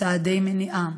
וצעדי מניעה.